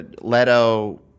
Leto